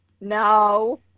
no